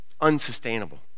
unsustainable